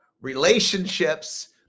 relationships